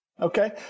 Okay